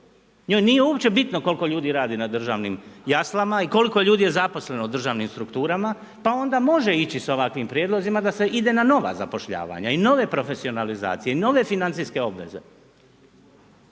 njoj nije uopće bitno koliko ljudi radi na državnim jaslama i koliko ljudi je zaposleno u državnim strukturama pa onda može ići s ovakvim prijedlozima da se ide na nova zapošljavanja i nove profesionalizacije i nove financijske obveze.